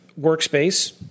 workspace